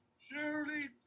Surely